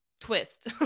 twist